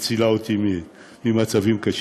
מצילה אותי ממצבים קשים,